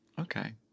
Okay